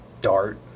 dart